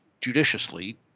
judiciously